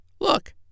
look